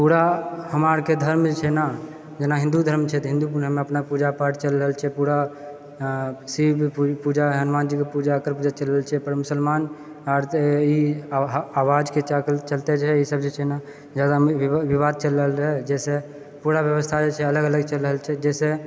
पूरा हमरा आरके धर्म जे छै ने जेना हिन्दू धर्म छै तऽ हिन्दूमे अपना पूजा पाठ चलि रहल छै पूरा हँ शिव पू पूजा हनुमान जीके पूजा एकर पूजा चलि रहल छै पर मुसलमान आर तऽई आ आवाजके चलते जे ई सब छै ने जादा वि विवाद चलि रहल जाहिसँ पूरा व्यवस्था जे छै अलग अलग चलि रहल छै जाहिसँ